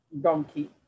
donkey